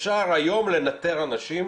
אפשר היום לנטר אנשים,